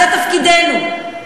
זה תפקידנו.